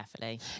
carefully